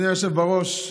אדוני היושב בראש,